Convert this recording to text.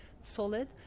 solid